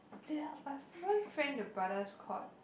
I have one friend the brother's called